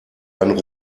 ein